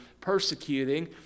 persecuting